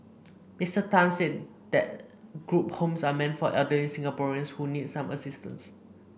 Mister Tan said the group homes are meant for elderly Singaporeans who need some assistance